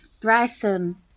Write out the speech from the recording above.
Bryson